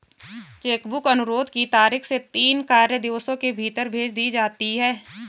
check book अनुरोध की तारीख से तीन कार्य दिवसों के भीतर भेज दी जाती है